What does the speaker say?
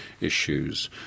issues